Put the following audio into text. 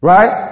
Right